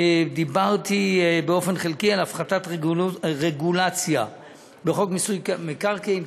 דיברתי באופן חלקי על הפחתת רגולציה בחוק מיסוי מקרקעין.